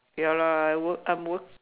ya lah I work I'm work